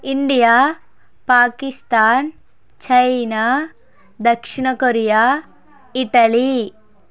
India Pakistan China దక్షిణ Korea Italy